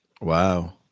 wow